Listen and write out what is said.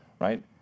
right